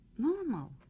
Normal